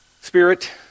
Spirit